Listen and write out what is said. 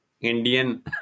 Indian